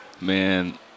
Man